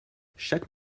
chaque